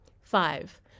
five